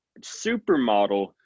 supermodel